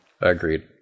Agreed